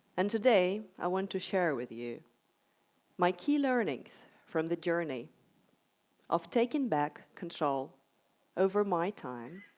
and today, i want to share with you my key learnings from the journey of taking back control over my time